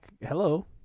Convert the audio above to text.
hello